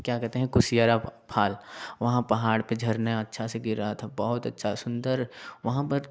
क्या कहते हैं कुसियारा फाल वहाँ पहाड़ पे झड़ना अच्छा से गिर रहा था बहुत अच्छा सुंदर वहाँ पर